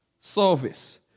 service